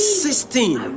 sixteen